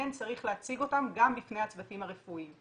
כן צריך להציג אותן גם בפני הצוותים הרפואיים.